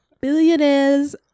Billionaire's